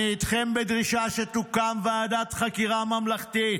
אני איתכם בדרישה שתוקם ועדת חקירה ממלכתית.